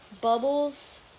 Bubbles